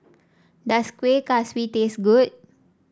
does Kueh Kaswi taste good